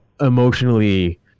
emotionally